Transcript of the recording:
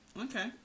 Okay